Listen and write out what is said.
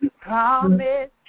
promise